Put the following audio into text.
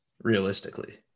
realistically